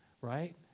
right